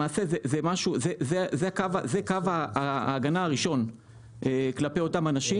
למעשה זה קו ההגנה הראשון כלפי אותם אנשים,